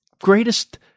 greatest